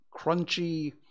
crunchy